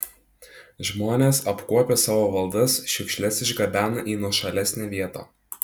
žmonės apkuopę savo valdas šiukšles išgabena į nuošalesnę vietą